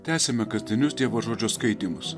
tęsiame kasdienius dievo žodžio skaitymus